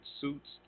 suits